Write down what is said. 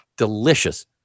delicious